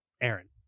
Aaron